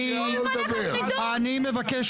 אני מבקש --- את מפריעה לו לדבר.